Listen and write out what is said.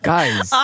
Guys